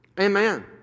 Amen